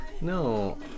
No